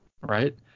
Right